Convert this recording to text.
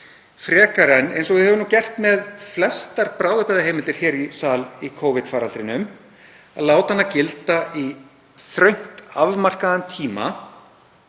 frekar en eins og við höfum gert með flestar bráðabirgðaheimildir hér í sal í Covid-faraldrinum, að láta þær gilda í þröngt afmarkaðan tíma